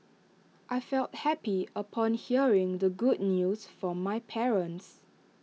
I felt happy upon hearing the good news from my parents